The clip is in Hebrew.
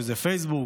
שזה פייסבוק,